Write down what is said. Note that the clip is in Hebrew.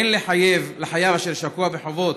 אין לחייב אשר שקוע בחובות